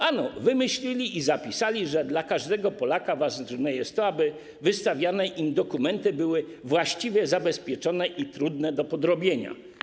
Ano wymyślili i zapisali, że dla każdego Polaka ważne jest to, aby wystawiane im dokumenty były właściwie zabezpieczone i trudne do podrobienia.